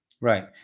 right